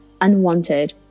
unwanted